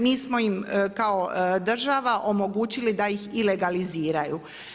Mi smo im kao država omogućili da ih i legaliziraju.